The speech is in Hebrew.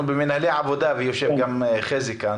לגבי מנהלי עבודה ויושב כאן גם חזי שוורצמן